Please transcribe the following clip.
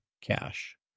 cash